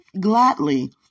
gladly